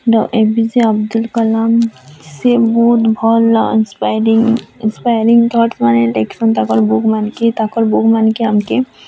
ଏ P J Abdul Kalam ସେ ବହୁତ୍ ଭଲ୍ ଇନ୍ସ୍ପାୟାରିଂ ଇନ୍ସ୍ପାୟାରିଂ ଥଟ୍ସ୍ମାନେ ଲେଖ୍ସନ୍ ତାଙ୍କର୍ ବୁକ୍ମାନେ କି ତାଙ୍କର୍ ବୁକ୍ମାନ୍କେ ଆମ୍କେ